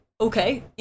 okay